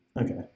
Okay